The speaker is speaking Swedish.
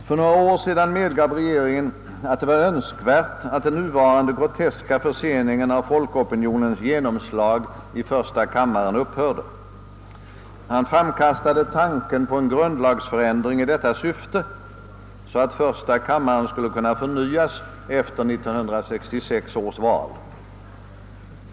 För några år sedan medgav regeringen att det var önskvärt att den nuvarande groteska förseningen av folkopinionens genomslag i första kammaren upphörde. Man framkastade tanken på en grundlagsförändring i detta syfte, så att första kammaren skulle kunna förnyas efter 1966 års val.